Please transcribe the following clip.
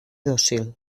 dòcil